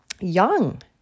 young